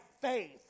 faith